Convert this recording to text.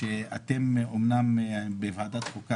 שאתם אמנם בוועדת חוקה,